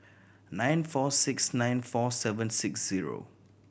nine four six nine four seven six zero